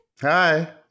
Hi